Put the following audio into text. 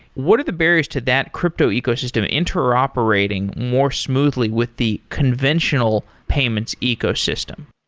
what are the barriers to that crypto ecosystem interoperating more smoothly with the conventional payments ecosystem?